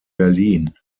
berlin